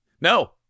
No